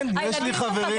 כן, יש לי חברים.